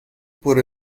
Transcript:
por